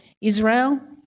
Israel